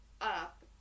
up